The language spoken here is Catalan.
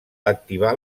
activar